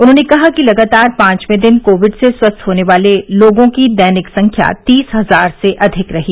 उन्होंने कहा कि लगातार पांचवे दिन कोविड से स्वस्थ होने वाले लोगों की दैनिक संख्या तीस हजार से अधिक रही